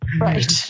Right